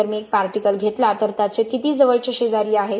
जर मी एक पार्टिकलघेतला तर त्याचे किती जवळचे शेजारी आहेत